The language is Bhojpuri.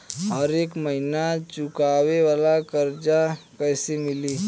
हरेक महिना चुकावे वाला कर्जा कैसे मिली?